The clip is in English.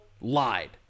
lied